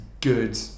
good